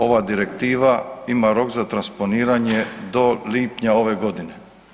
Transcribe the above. Ova direktiva ima rok za transponiranje do lipnja ove godine.